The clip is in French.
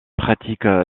pratique